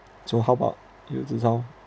so how about you zhi hao